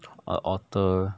a otter